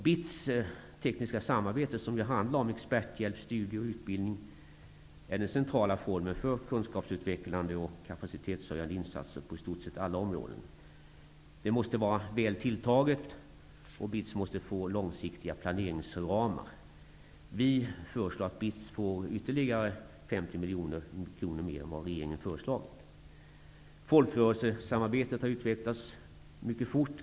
BITS tekniska samarbete, som ju handlar om experthjälp, studier och utbildning, är den centrala formen för kunskapsutvecklande och kapacitetshöjande insatser på i stort sett alla områden. Samarbetet måste vara väl tilltaget, och BITS måste få långsiktiga planeringsramar. Vi socialdemokrater föreslår att BITS får 50 miljoner kronor mer än regeringen föreslagit. Folkrörelsesamarbetet har utvecklats mycket fort.